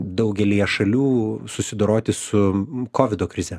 daugelyje šalių susidoroti su kovido krize